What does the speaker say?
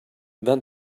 then